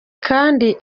kandi